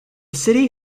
city